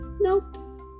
Nope